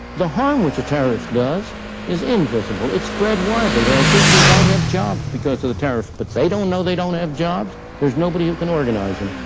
the harm which a tariff does is invisible. it's spread widely. there are people who don't have jobs because of the tariff, but they don't know they don't have jobs. there's nobody who can organize them.